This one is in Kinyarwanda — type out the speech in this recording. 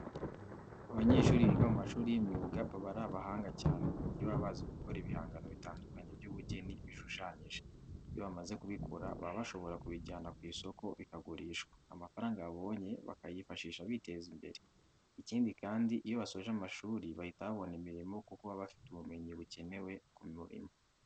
Abanyeshuri biga mu mashuri y'imyuga baba ari abahanga cyane ku buryo baba bazi gukora ibihangano bitandukanye by'ubugeni bishushanyije. Iyo bamaze kubikora baba bashobora kubijyana ku isoko bikagurishwa, amafaranga babonye bakayifashisha biteza imbere. Ikindi kandi, iyo basoje amashuri bahita babona imirimo kuko baba bafite ubumenyi bukenewe ku murimo.